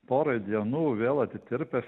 porai dienų vėl atitirpęs